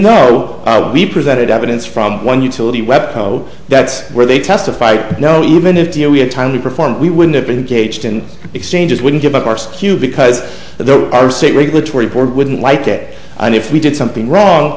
though we presented evidence from one utility web that's where they testified no even if we had time to perform we would have been gauged in exchanges wouldn't give up our skewed because there are state regulatory board wouldn't like it and if we did something wrong